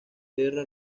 terra